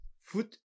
Foot